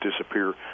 disappear